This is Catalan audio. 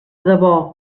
debò